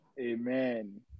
Amen